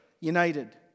united